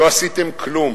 לא עשיתם כלום.